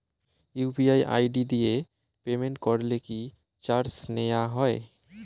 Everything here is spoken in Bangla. ইউ.পি.আই আই.ডি দিয়ে পেমেন্ট করলে কি চার্জ নেয়া হয়?